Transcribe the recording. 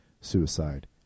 suicide